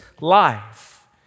life